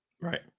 right